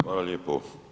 Hvala lijepo.